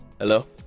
Hello